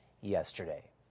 yesterday